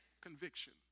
conviction